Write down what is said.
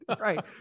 Right